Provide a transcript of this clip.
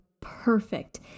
perfect